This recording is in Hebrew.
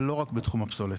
ולא רק בתחום הפסולת.